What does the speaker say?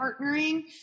partnering